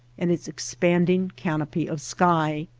and its expanding canopy of sky!